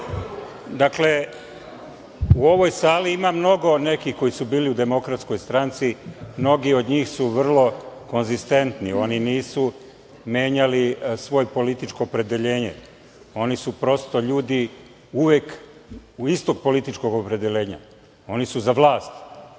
Dakle, u ovoj sali ima mnogo nekih koji su bili u DS. Mnogi od njih su vrlo konzistentni, oni nisu menjali svoje političko opredeljenje. Oni su prosto ljudi uvek istog političkog opredeljenja, oni su za vlast.